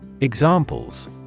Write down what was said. Examples